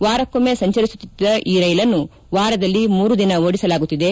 ವಾರಕ್ಕೊಮ್ಮೆ ಸಂಚರಿಸುತ್ತಿದ್ದ ಈ ರೈಲನ್ನು ವಾರದಲ್ಲಿ ಮೂರು ದಿನ ಓಡಿಸಲಾಗುತ್ತಿದೆ